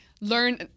learn